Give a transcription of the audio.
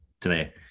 today